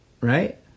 right